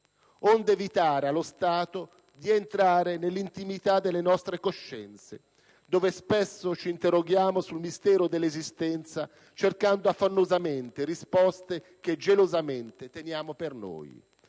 onde evitare allo Stato di entrare nell'intimità delle nostre coscienze, dove spesso ci interroghiamo sul mistero dell'esistenza, cercando affannosamente risposte che gelosamente teniamo per noi.